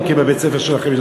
שאלמד בבית-ספר שלכם.